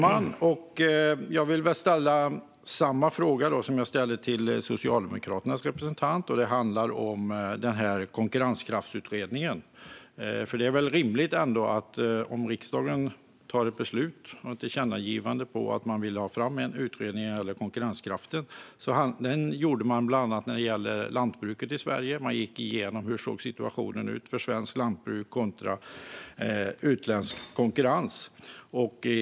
Herr talman! Jag vill ställa samma fråga som jag ställde till Socialdemokraternas representant. Det handlar om konkurrenskraftsutredningen och att riksdagen har beslutat om ett tillkännagivande om att få fram en utredning om konkurrenskraften. En sådan gjordes bland annat när det gäller lantbruket i Sverige, och då gick man igenom hur situationen såg ut för svenskt lantbruk kontra utländsk konkurrens.